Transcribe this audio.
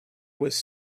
was